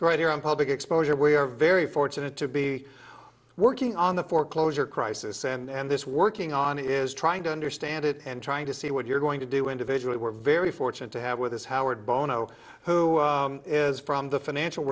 right here on public exposure we are very fortunate to be working on the foreclosure crisis and this working on is trying to understand it and trying to see what you're going to do individually we're very fortunate to have with us howard bono who is from the financial